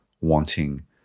wanting